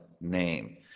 name